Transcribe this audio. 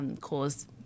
cause